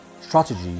strategy